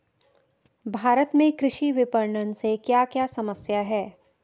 भारत में कृषि विपणन से क्या क्या समस्या हैं?